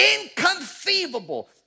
inconceivable